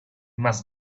must